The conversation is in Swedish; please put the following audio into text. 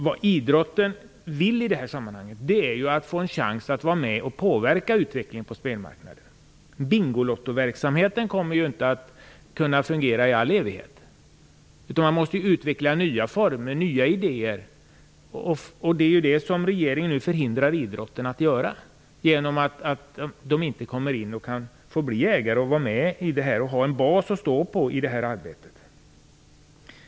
Vad idrotten vill i detta sammanhang är att få en chans att vara med och påverka utvecklingen på spelmarknaden. Bingolotto-verksamheten kommer inte att kunna fungera i all evighet, utan man måste utveckla nya former och idéer, och det är det som regeringen nu förhindrar idrotten att göra genom att gå in som ägare och få en bas att stå på i det här arbetet.